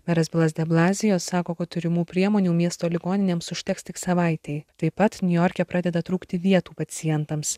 meras bilas de blazijo sako kad turimų priemonių miesto ligoninėms užteks tik savaitei taip pat niujorke pradeda trūkti vietų pacientams